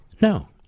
No